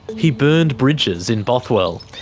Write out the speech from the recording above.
he burned bridges in bothwell,